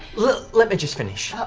let me just finish. ah